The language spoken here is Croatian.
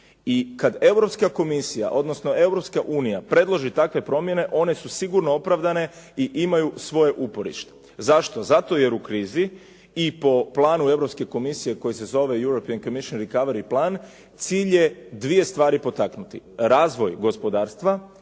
unija predloži takve promjene one su sigurno opravdane i imaju svoje uporište. Zašto? Zato jer u krizi i po planu Europske komisije koji se zove European Commission Recovery plan cilj je dvije stvari potaknuti. Razvoj gospodarstva